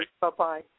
Bye-bye